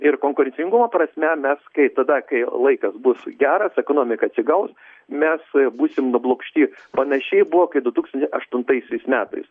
ir konkurencingumo prasme mes kai tada kai laikas bus geras ekonomika atsigaus mes būsim nublokšti panašiai buvo kai du tūkstančiai aštuntaisiais metais